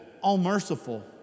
all-merciful